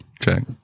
check